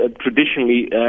traditionally